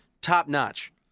top-notch